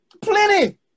Plenty